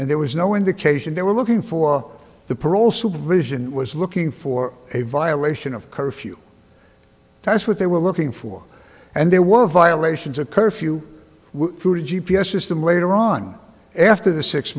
and there was no indication they were looking for the parole supervision was looking for a violation of curfew that's what they were looking for and there were violations of curfew through g p s system later on after the six